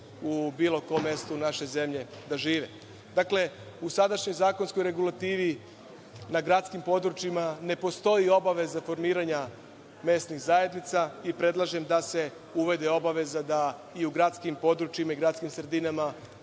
u bilo kom mestu naše zemlje da žive. Dakle, u sadašnjoj zakonskoj regulativi na gradskim područjima ne postoji obaveza formiranja mesnih zajednica i predlažem da se uvede obaveza da i u gradskim područjima i gradskim sredinama